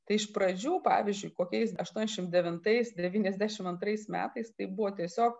tai iš pradžių pavyzdžiui kokiais aštuoniasdešimt devintais devyniasdešimt antrais metais tai buvo tiesiog